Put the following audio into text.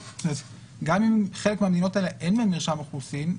אם לחלק מהמדינות אין מרשם אוכלוסין,